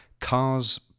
cars